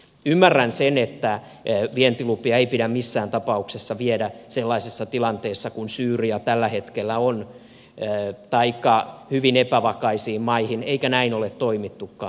ymmärrän sen että vientilupia ei pidä missään tapauksessa antaa sellaisissa tilanteissa kuin syyria tällä hetkellä on taikka hyvin epävakaisiin maihin eikä näin ole toimittukaan